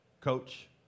coach